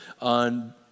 on